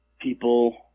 people